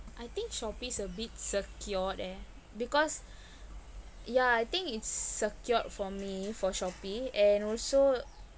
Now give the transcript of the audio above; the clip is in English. I think shopee's a bit secured eh because ya I think it's secured for me for shopee and also